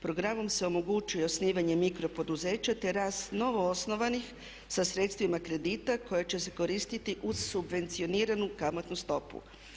Programom se omogućuje osnivanje mikro poduzeća, te rast novo osnovanih sa sredstvima kredita koja će se koristiti uz subvencioniranu kamatnu stopu.